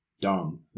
dumb